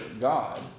God